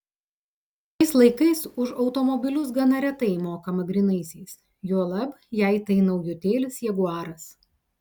šiais laikais už automobilius gana retai mokama grynaisiais juolab jei tai naujutėlis jaguaras